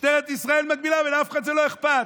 משטרת ישראל מגבילה, ולאף אחד לא אכפת.